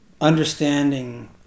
understanding